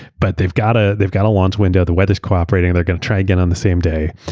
but they've got ah they've got a launch window. the weather is cooperating. they're going to try again on the same day.